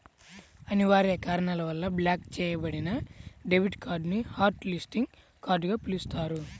అనివార్య కారణాల వల్ల బ్లాక్ చెయ్యబడిన డెబిట్ కార్డ్ ని హాట్ లిస్టింగ్ కార్డ్ గా పిలుస్తారు